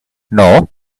know